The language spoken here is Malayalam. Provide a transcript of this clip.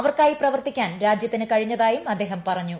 അവർക്കായി പ്രവർത്തിക്കാൻ രാജൃത്തിന് കഴിഞ്ഞതായും അദ്ദേഹം പറഞ്ഞു